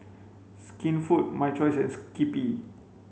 Skinfood My Choice and Skippy